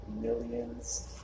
millions